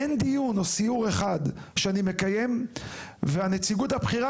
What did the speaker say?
אין דיון או סיור אחד שאני מקיים והנציגות הבכירה